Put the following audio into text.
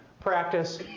practice